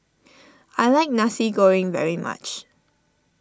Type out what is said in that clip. I like Nasi Goreng very much